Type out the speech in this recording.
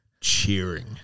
cheering